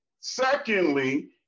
Secondly